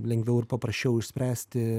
lengviau ir paprasčiau išspręsti